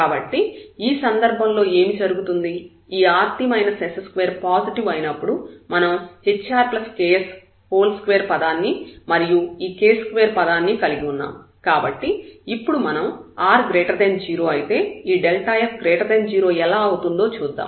కాబట్టి ఈ సందర్భంలో ఏమి జరుగుతుంది ఈ rt s2 పాజిటివ్ అయినప్పుడు మనం hrks2 పదాన్ని మరియు ఈ k2 పదాన్ని కలిగి ఉన్నాం కాబట్టి ఇప్పుడు మనం r0 అయితే ఈ f0 ఎలా అవుతుందో చూద్దాం